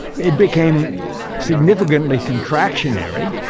it became significantly contractionary.